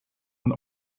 und